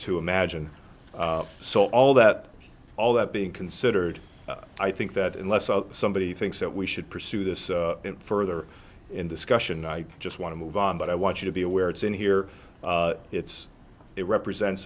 imagine so all that all that being considered i think that unless somebody thinks that we should pursue this further in discussion i just want to move on but i want you to be aware it's in here it's it represents